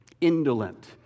indolent